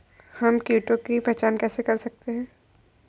हम कीटों की पहचान कैसे कर सकते हैं?